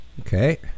Okay